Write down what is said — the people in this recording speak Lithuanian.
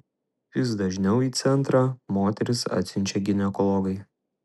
vis dažniau į centrą moteris atsiunčia ginekologai